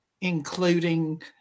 including